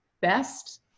best